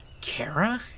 Kara